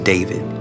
David